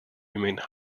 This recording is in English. remained